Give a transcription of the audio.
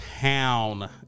town